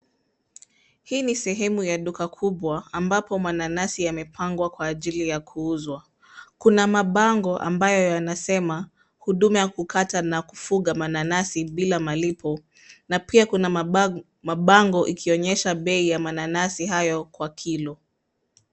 Hii ni sehemu ya duka kubwa ambapo mananasi yamepandwa kwa ajili ya kuuzwa. Kuna mabango ambayo yanasema huduma ya kukata na kufuga mananasi bila malipo na pia kuna mabango ikionyesha bei ya mananasi hayo kwa kilo.